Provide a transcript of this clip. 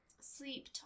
Sleep